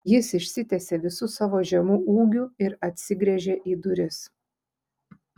jis išsitiesė visu savo žemu ūgiu ir atsigręžė į duris